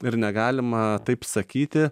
ir negalima taip sakyti